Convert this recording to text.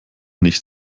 nicht